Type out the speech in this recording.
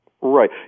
Right